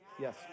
Yes